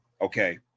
Okay